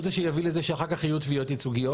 הוא זה שיביא לזה שאחר כך יהיו תביעות ייצוגיות.